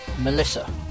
Melissa